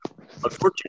Unfortunately